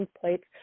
plates